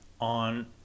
on